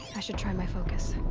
i should try my focus.